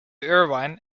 irvine